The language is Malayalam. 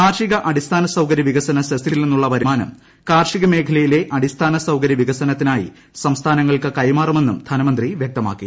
കാർഷിക അടിസ്ഥാന സൌകരൃ വികസന സെസിൽ നിന്നുള്ള വരുമാനംകാർഷിക മ്മേഖലയിലെ അടിസ്ഥാന സൌകര്യ വികസനത്തിനായി സംസ്ഥാന്റ്ങ്ങൾക്ക് കൈമാറുമെന്നും ധനമന്ത്രി വ്യക്തമാക്കി